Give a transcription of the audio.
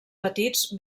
petits